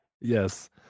Yes